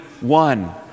one